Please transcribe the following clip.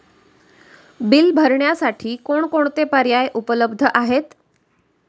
Bill भरण्यासाठी कोणकोणते पर्याय उपलब्ध आहेत?